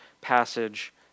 passage